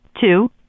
Two